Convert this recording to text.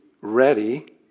ready